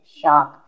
shock